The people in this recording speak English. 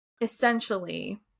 essentially